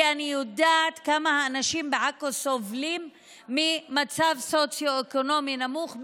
כי אני יודעת כמה האנשים בעכו סובלים ממצב סוציו-אקונומי נמוך,